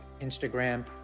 Instagram